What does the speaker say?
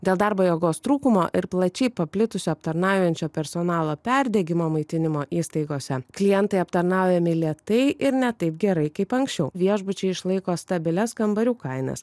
dėl darbo jėgos trūkumo ir plačiai paplitusio aptarnaujančio personalo perdegimo maitinimo įstaigose klientai aptarnaujami lėtai ir ne taip gerai kaip anksčiau viešbučiai išlaiko stabilias kambarių kainas